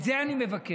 את זה אני מבקש.